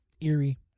eerie